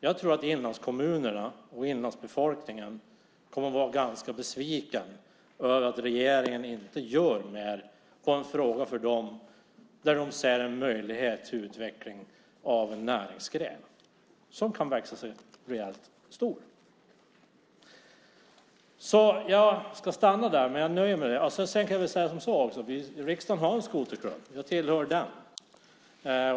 Jag tror att inlandskommunerna och inlandsbefolkningen kommer att bli besvikna över att regeringen inte gör mer i en fråga där de ser en möjlighet till utveckling av en näringsgren. Den kan växa sig rejält stor. Riksdagen har en skoterklubb. Jag tillhör den.